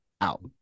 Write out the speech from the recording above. out